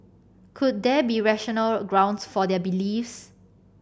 could there be rational grounds for their beliefs